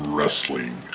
Wrestling